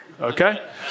okay